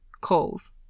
calls